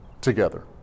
together